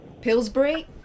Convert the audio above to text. Pillsbury